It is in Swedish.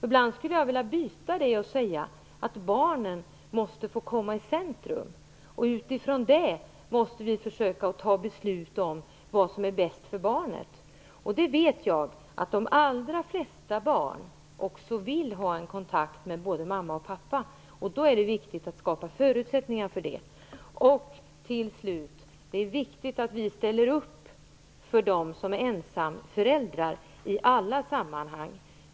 Ibland skulle jag vilja att barnen i stället fick komma i centrum. Från den utgångspunkten måste vi försöka fatta beslut om vad som är bäst för barnet. Jag vet att de allra flesta barn vill ha kontakt med både mamman och pappan, och det är viktigt att skapa förutsättningar för det. Avslutningsvis är det viktigt att vi ställer upp för ensamföräldrarna i alla sammanhang.